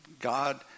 God